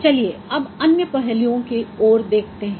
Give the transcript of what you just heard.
चलिए अब अन्य पहलुओं की ओर देखते है